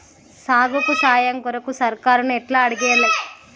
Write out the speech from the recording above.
సాగుకు సాయం కొరకు సర్కారుని ఎట్ల అడగాలే?